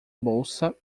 bolsa